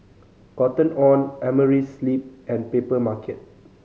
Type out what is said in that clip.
Cotton On Amerisleep and Papermarket